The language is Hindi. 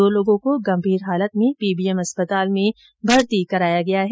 दो लोगों को गंभीर हालत में पीबीएम अस्पताल में भर्ती कराया गया है